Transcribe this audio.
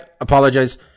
Apologize